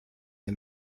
the